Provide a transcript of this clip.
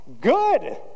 good